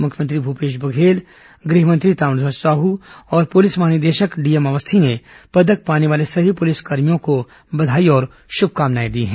मुख्यमंत्री भूपेश बघेल गृह मंत्री ताम्रध्वज साहू और पुलिस महानिदेशक डीएम अवस्थी ने पदक पाने वाले सभी पुलिसकर्मियों को बघाई और शुभकामनाएं दी हैं